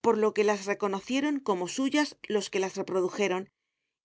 por lo que las reconocieron como suyas los que las reprodujeron